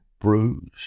bruised